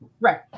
right